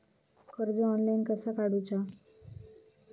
कर्ज ऑनलाइन कसा काडूचा?